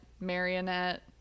marionette